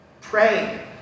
pray